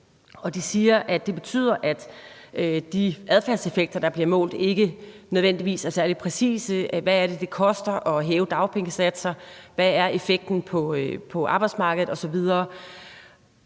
de siger, at det betyder, at de adfærdseffekter, der bliver målt, ikke nødvendigvis er særlig præcise – hvad det er, det koster at hæve dagpengesatser, hvad effekten på arbejdsmarkedet er osv.